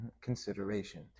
Consideration